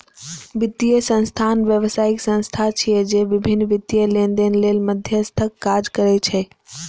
वित्तीय संस्थान व्यावसायिक संस्था छिय, जे विभिन्न वित्तीय लेनदेन लेल मध्यस्थक काज करै छै